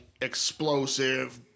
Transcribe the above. explosive